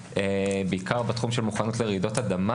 בעיקר בתחום של מוכנות לרעידות אדמה.